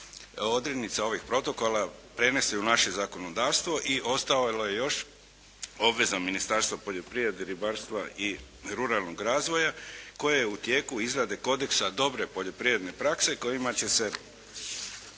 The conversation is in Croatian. odrednica ovih protokola premjestili u naše zakonodavstvo i ostalo je još obveza Ministarstva poljoprivrede, ribarstva i ruralnog razvoja, koja je u tijeku izrade kodeksa dobre poljoprivredne prakse kojima će se